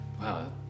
Wow